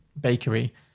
bakery